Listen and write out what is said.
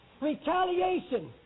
Retaliation